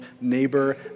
neighbor